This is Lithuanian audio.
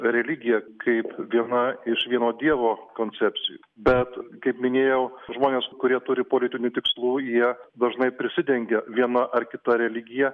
religija kaip viena iš vieno dievo koncepcijų bet kaip minėjau žmonės kurie turi politinių tikslų jie dažnai prisidengia viena ar kita religija